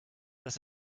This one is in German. dass